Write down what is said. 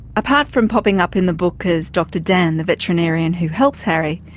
apart from popping up in the book as dr dan the veterinarian who helps harry,